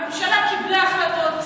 הממשלה קיבלה החלטות,